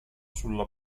sulla